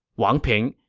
wang ping,